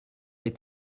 est